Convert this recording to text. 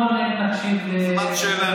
בוא נקשיב לחבר הכנסת שלמה